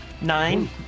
Nine